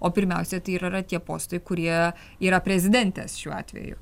o pirmiausia tai ir yra tie postai kurie yra prezidentės šiuo atveju